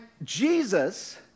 Jesus